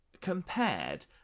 compared